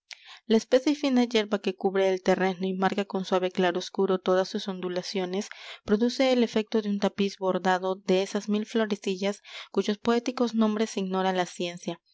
la espesa y fina yerba que cubre el terreno y marca con suave claroscuro todas sus ondulaciones produce el efecto de un tapiz bordado de esas mil florecillas cuyos poéticos nombres ignora la ciencia